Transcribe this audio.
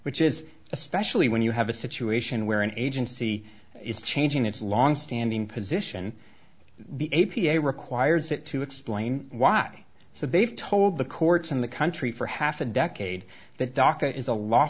which is especially when you have a situation where an agency is changing its longstanding position the a p a requires it to explain why so they've told the courts in the country for half a decade that docket is a l